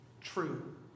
true